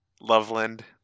Loveland